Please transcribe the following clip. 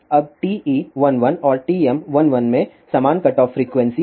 अब TE11 और TM11 में समान कटऑफ फ्रीक्वेंसी है